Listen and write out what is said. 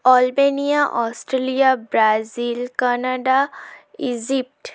Albania Australia Brazil Canada Egypt